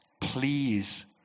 Please